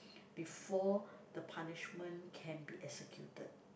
before the punishment can be executed